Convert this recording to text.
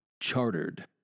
chartered